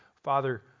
Father